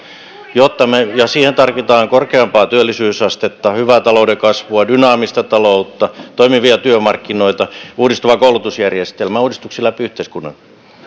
ja siihen tarvitaan korkeampaa työllisyysastetta hyvää talouden kasvua dynaamista taloutta toimivia työmarkkinoita uudistuvaa koulutusjärjestelmää uudistuksia läpi yhteiskunnan